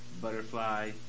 Butterfly